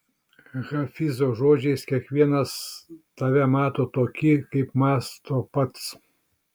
hafizo žodžiais kiekvienas tave mato tokį kaip mąsto pats